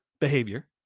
behavior